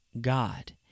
God